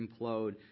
implode